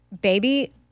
Baby